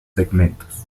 segmentos